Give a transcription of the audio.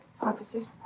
Officers